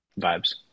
Vibes